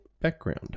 background